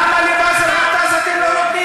למה לבאסל גטאס אתם לא נותנים?